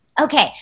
Okay